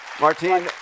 Martine